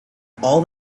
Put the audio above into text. all